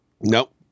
Nope